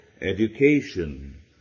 education